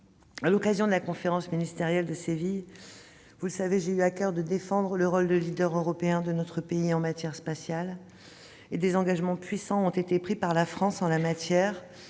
À l'occasion de la conférence ministérielle de Séville, j'ai eu à coeur de défendre le leadership européen de notre pays en matière spatiale. Des engagements forts ont été pris par la France en la matière.